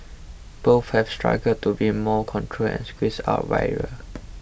both have struggled to win more control and squeeze out rivals